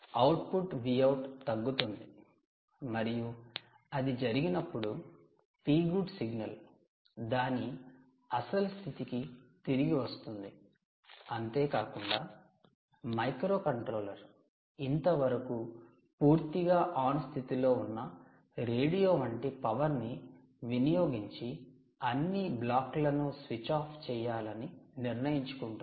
output Vout తగ్గుతుంది మరియు అది జరిగినప్పుడు 'Pgood సిగ్నల్' దాని అసలు స్థితికి తిరిగి వస్తుంది అంతేకాకుండా మైక్రోకంట్రోలర్ ఇంతవరకు పూర్తిగా ఆన్' స్థితిలో ఉన్న రేడియో వంటి పవర్ని వినియోగించే అన్ని బ్లాక్లను స్విచ్ ఆఫ్ చేయాలని నిర్ణయించుకుంటుంది